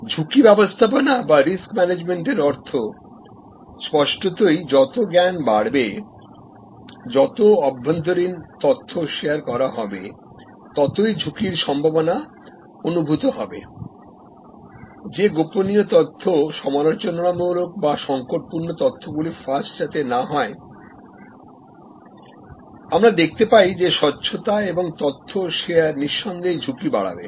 ঝুঁকি ব্যবস্থাপনা বা রিস্ক ম্যানেজমেন্ট এর অর্থ স্পষ্টতই যত জ্ঞান বাড়বে যত অভ্যন্তরীণ তথ্য শেয়ার করা হবে ততই ঝুঁকির সম্ভাবনা অনুভূত হবে যে গোপনীয় তথ্য ক্রিটিক্যালতথ্যগুলি ফাঁস যাতে না হয়আমরা দেখতে পাইযে স্বচ্ছতা এবং তথ্য শেয়ার নিঃসন্দেহে ঝুঁকি বাড়াবে